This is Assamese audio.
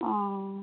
অঁ